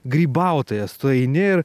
grybautojas tu eini ir